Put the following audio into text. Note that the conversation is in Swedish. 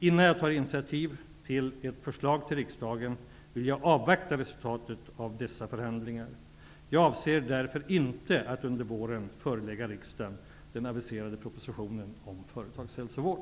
Innan jag tar initiativ till ett förslag till riksdagen vill jag avvakta resultatet av dessa förhandlingar. Jag avser därför inte att under våren förelägga riksdagen den aviserade propositionen om företagshälsovård.